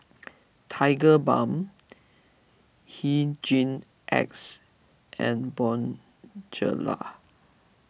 Tigerbalm Hygin X and Bonjela